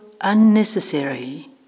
unnecessary